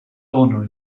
honor